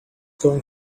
going